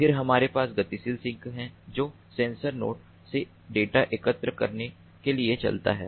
फिर हमारे पास गतिशील सिंक है जो सेंसर नोड से डेटा एकत्र करने के लिए चलता है